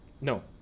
No